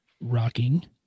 rocking